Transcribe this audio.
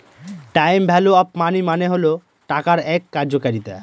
time value of money মানে হল টাকার এক কার্যকারিতা